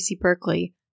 Berkeley